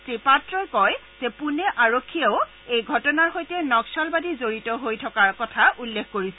শ্ৰী পাত্ৰই কয় যে পূণে আৰক্ষীয়েও এই ঘটনাৰ সৈতে নক্সালবাদী জড়িত হৈ থকাৰ কথা উল্লেখ কৰিছিল